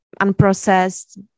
unprocessed